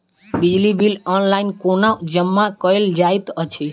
बिजली bill online कोना जमा कएल जाइत अछि?